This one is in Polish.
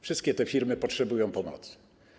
Wszystkie te firmy potrzebują pomocy.